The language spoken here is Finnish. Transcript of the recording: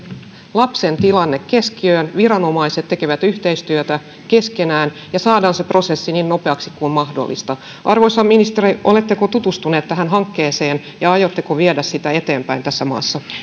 lapsen tilanne keskiöön viranomaiset tekevät yhteistyötä keskenään ja saadaan se prosessi niin nopeaksi kuin mahdollista arvoisa ministeri oletteko tutustunut tähän hankkeeseen ja aiotteko viedä sitä eteenpäin tässä maassa